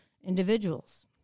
individuals